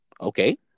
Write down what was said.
Okay